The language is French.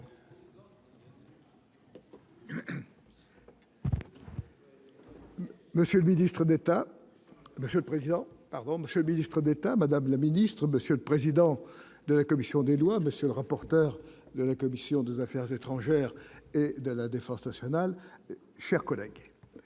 monsieur Ministre d'État, Madame la Ministre, Monsieur le Président de la commission des lois, monsieur le rapporteur de la commission des Affaires étrangères et de la défense nationale, chers collègues,